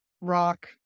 rock